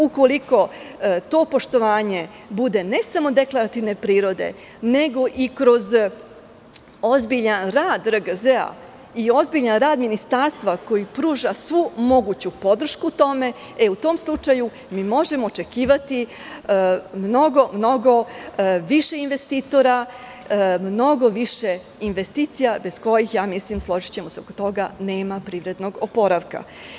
Ukoliko to poštovanje bude ne samo deklarativne prirode, nego i kroz ozbiljan rad RGZ i ozbiljan rad Ministarstva, koji pruža svu moguću podršku tome, u tom slučaju možemo očekivati mnogo više investitora i mnogo više investicija, bez kojih, složićemo se oko toga, nema privrednog oporavka.